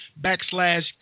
backslash